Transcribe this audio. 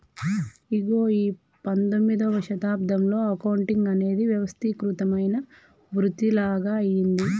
ఇగో ఈ పందొమ్మిదవ శతాబ్దంలో అకౌంటింగ్ అనేది వ్యవస్థీకృతమైన వృతిలాగ అయ్యింది